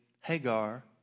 Hagar